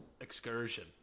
excursion